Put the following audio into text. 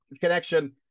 connection